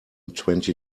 twenty